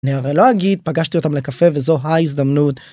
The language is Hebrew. נראה לא אגיד פגשתי אותם לקפה וזו ההזדמנות.